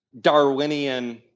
Darwinian